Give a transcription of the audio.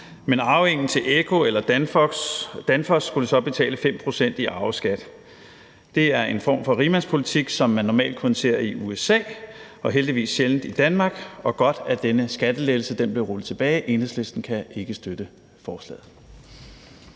men arvingen til ECCO eller Danfoss skulle så betale 5 pct. i arveskat. Det er en form for rigmandspolitik, som man normalt kun ser i USA og heldigvis sjældent i Danmark, og godt, at denne skattelettelse blev rullet tilbage. Enhedslisten kan ikke støtte forslaget.